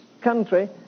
Country